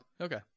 Okay